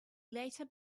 later